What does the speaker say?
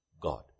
God